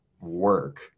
work